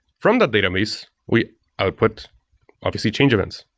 from that database, we ah put obviously change events,